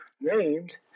named